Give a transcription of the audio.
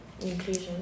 Inclusion